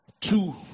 two